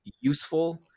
useful